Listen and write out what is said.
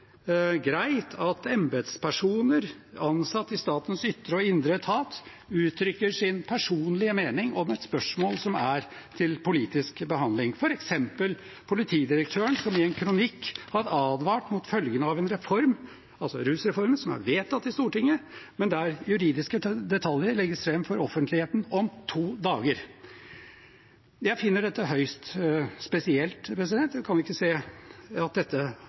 greit at embetspersoner, ansatt i statens ytre og indre etat, uttrykker sin personlige mening om et spørsmål som er til politisk behandling – f.eks. politidirektøren, som i en kronikk advarte mot følgene av en reform, altså rusreformen, som er vedtatt i Stortinget, men der juridiske detaljer legges fram for offentligheten om to dager? Jeg finner dette høyst spesielt. Jeg kan ikke se at dette